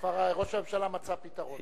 כבר ראש הממשלה מצא פתרון.